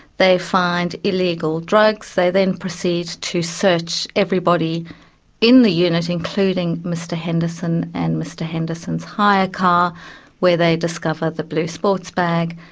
they find illegal drugs. they then proceed to search everybody in the unit, including mr henderson and mr henderson's hire car where they discover the blue sports bag,